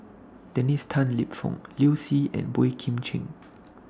Dennis Tan Lip Fong Liu Si and Boey Kim Cheng